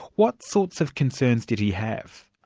what sorts of concerns did he have?